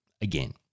Again